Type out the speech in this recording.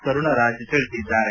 ಕರುಣರಾಜು ತಿಳಿಸಿದ್ದಾರೆ